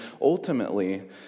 ultimately